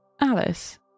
Alice